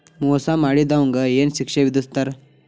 ಮೋಸಾ ಮಾಡಿದವ್ಗ ಏನ್ ಶಿಕ್ಷೆ ವಿಧಸ್ತಾರ?